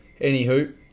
Anywho